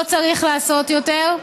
לא צריך לעשות יותר.